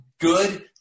good